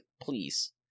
please